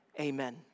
Amen